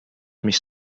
mis